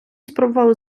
спробували